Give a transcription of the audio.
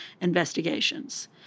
investigations